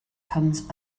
comes